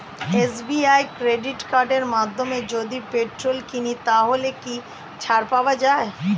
SBI credit কার্ডের মাধ্যমে যদি পেট্রোল কিনি তাহলে কি ছাড় পাওয়া যায়?